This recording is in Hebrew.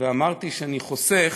ואמרתי שאני חוסך.